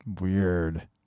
Weird